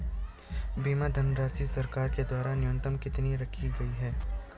बीमा धनराशि सरकार के द्वारा न्यूनतम कितनी रखी गई है?